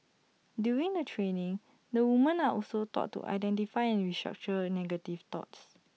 during the training the women are also taught to identify and restructure negative thoughts